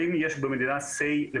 אם אנחנו רוצים לעודד את המחקר,